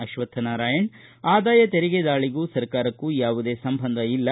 ಆಶ್ವತ್ಥ್ನಾರಾಯಣ ಆದಾಯ ತೆರಿಗೆ ದಾಳಿಗೂ ಸರ್ಕಾರಕ್ಕೂ ಯಾವುದೇ ಸಂಬಂಧ ಇಲ್ಲ